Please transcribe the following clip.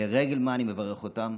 לרגל מה אני מברך אותם?